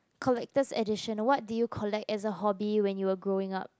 collected additional what did you collect as the hobby when you were growing up